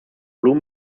blue